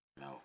No